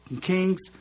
Kings